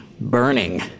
burning